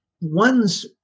one's